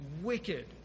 wicked